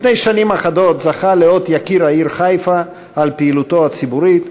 לפני שנים אחדות זכה לאות "יקיר חיפה" על פעילותו הציבורית,